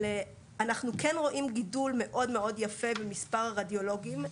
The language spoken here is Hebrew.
אנחנו כן רואים גידול מאוד-מאוד יפה במספר הרדיולוגים.